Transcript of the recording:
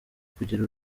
kugira